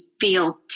feel